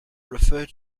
refer